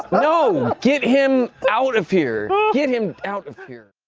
no, get him out of here. get him out of here.